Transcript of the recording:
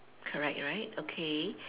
correct right okay